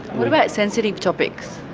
what about sensitive topics?